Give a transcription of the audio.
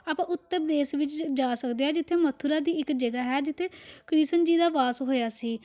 ਆਪਾਂ ਉੱਤਰ ਪ੍ਰਦੇਸ਼ ਵਿੱਚ ਜਾ ਸਕਦੇ ਆ ਜਿੱਥੇ ਮਥੁਰਾ ਦੀ ਇੱਕ ਜਗ੍ਹਾ ਹੈ ਜਿੱਥੇ ਕ੍ਰਿਸ਼ਨ ਜੀ ਦਾ ਵਾਸ ਹੋਇਆ ਸੀ